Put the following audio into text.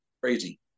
crazy